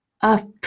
up